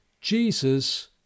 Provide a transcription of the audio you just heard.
Jesus